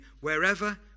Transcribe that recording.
wherever